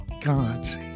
God's